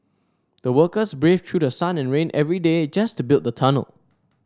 the workers braved through sun and rain every day just to build the tunnel